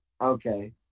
Okay